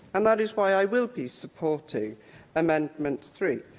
and that is why i will be supporting amendment three.